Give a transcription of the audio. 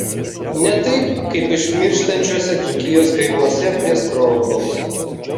ne taip kaip išmirštančiuose dzūkijos kaimuose prie skroblaus